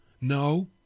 no